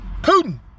putin